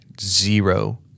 zero